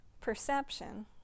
perception